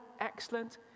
excellent